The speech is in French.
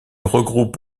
regroupe